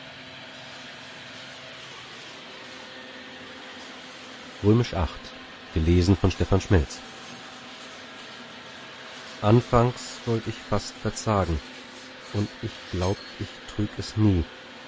anfangs wollt ich fast verzagen und ich glaubt ich trüg es nie